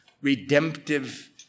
redemptive